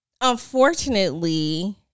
unfortunately